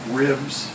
ribs